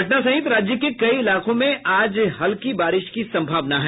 पटना सहित राज्य के कई इलाकों में आज हल्की बारिश की सम्भावना है